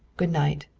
good night.